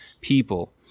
people